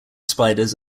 spiders